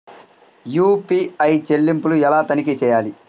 UPI చెల్లింపులు ఎలా తనిఖీ చేయాలి?